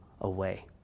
away